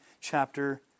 chapter